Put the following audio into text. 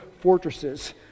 fortresses